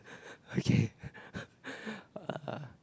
okay uh